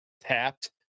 tapped